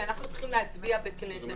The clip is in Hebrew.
אנו צריכים להצביע בוועדת כנסת.